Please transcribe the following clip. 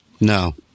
No